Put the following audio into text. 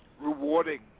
rewarding